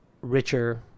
richer